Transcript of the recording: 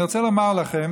אני רוצה לומר לכם